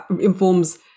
informs